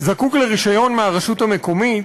זקוק לרישיון מהרשות המקומית,